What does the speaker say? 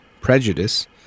prejudice